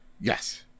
yes